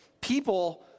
People